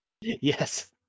Yes